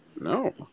No